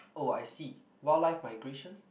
oh I see wildlife migration